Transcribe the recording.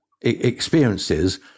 experiences